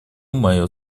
мое